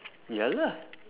ya lah